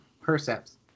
percepts